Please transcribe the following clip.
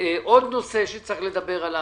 עוד נושא שצריך לדבר עליו.